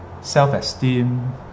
self-esteem